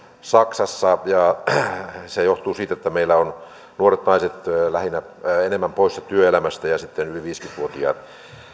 saksassa ja se johtuu siitä että meillä ovat lähinnä enemmän poissa työelämästä ja yli viisikymmentä vuotiaat